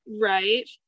right